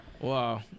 Wow